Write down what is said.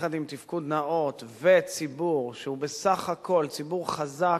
יחד עם תפקוד נאות וציבור שהוא בסך הכול ציבור חזק,